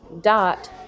dot